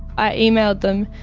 i emailed them,